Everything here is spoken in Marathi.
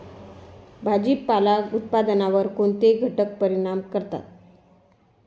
भाजीपाला उत्पादनावर कोणते घटक परिणाम करतात?